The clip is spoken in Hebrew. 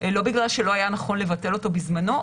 לא בגלל שלא היה נכון לבטל אותו בזמנו,